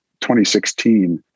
2016